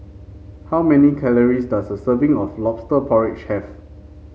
how many calories does a serving of lobster porridge have